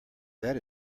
that